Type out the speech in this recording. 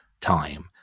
time